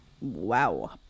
Wow